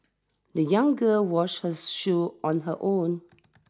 the young girl washed her shoes on her own